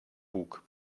bug